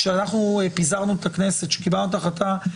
כשאנחנו פיזרנו את הכנסת שקיבלנו את ההחלטה,